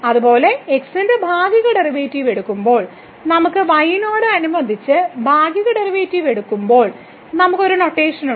അതുപോലെ x ന്റെ ഭാഗിക ഡെറിവേറ്റീവ് എടുക്കുമ്പോൾ നമുക്ക് y നോട് അനുബന്ധിച്ച് ഭാഗിക ഡെറിവേറ്റീവ് എടുക്കുമ്പോൾ നമുക്ക് നൊട്ടേഷൻ ഉണ്ട്